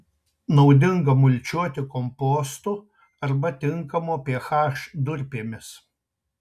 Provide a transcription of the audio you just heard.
naudinga mulčiuoti kompostu arba tinkamo ph durpėmis